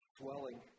swelling